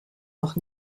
noch